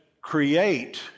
create